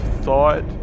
thought